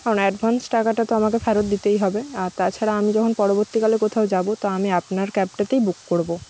কারণ অ্যাডভান্স টাকাটা তো আমাকে ফেরত দিতেই হবে আর তাছাড়া আমি যখন পরবর্তীকালে কোথাও যাবো তো আমি আপনার ক্যাবটাতেই বুক করবো